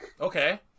Okay